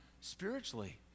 spiritually